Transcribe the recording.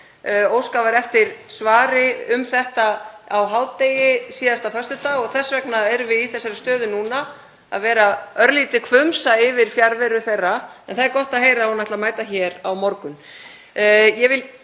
Óskað var eftir svari um þetta á hádegi síðasta föstudag og þess vegna erum við í þessari stöðu núna að vera örlítið hvumsa yfir fjarveru hennar. En það er gott að heyra að hún ætli að mæta hér á morgun. Ég vil